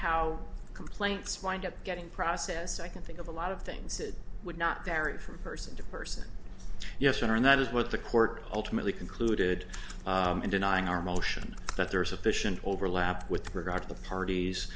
how complaints lined up getting process i can think of a lot of things it would not vary from person to person yes or no and that is what the court ultimately concluded in denying our motion that there is sufficient overlap with regard to the parties